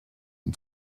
and